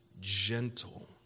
gentle